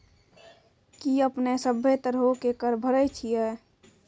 कि अपने सभ्भे तरहो के कर भरे छिये?